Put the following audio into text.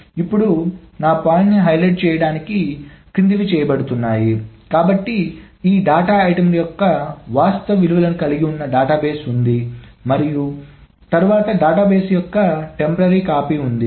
ఇప్పుడు నా పాయింట్ని హైలైట్ చేయడానికి కిందివి చేయబడుతున్నాయి కాబట్టి ఈ డేటా ఐటెమ్ల వాస్తవ విలువలను కలిగి ఉన్న డేటాబేస్ ఉంది మరియు తరువాత డేటాబేస్ యొక్క తాత్కాలిక కాపీ ఉంది